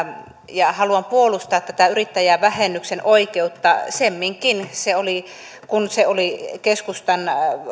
haluan puolustaa tätä yrittäjävähennyksen oikeutta semminkin kun se oli keskustan